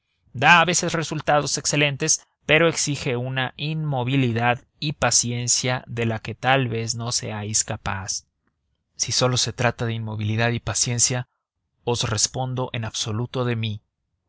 da a veces resultados excelentes pero exige una inmovilidad y paciencia de la que tal vez no seáis capaz si sólo se trata de inmovilidad y paciencia os respondo en absoluto de mí